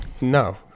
No